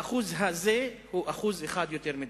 האחוז הזה הוא אחוז אחד יותר מדי.